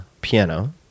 piano